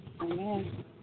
Amen